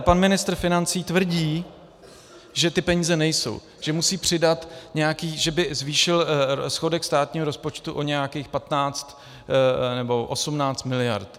Pan ministr financí tvrdí, že ty peníze nejsou, že musí přidat, že by zvýšil schodek státního rozpočtu o nějakých 15 nebo 18 miliard.